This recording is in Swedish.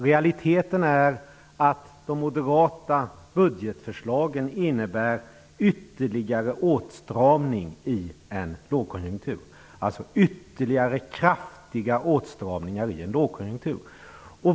Realiteten är att de moderata budgetförslagen innebär ytterligare kraftiga åtstramningar i en lågkonjunktur.